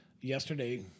yesterday